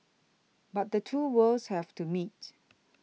but the two worlds have to meet